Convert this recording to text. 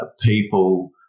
people